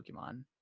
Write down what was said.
Pokemon